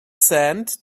sand